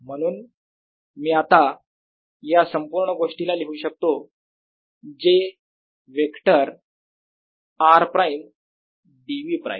म्हणून मी आता या संपूर्ण गोष्टीला लिहू शकतो j vector r prime dv prime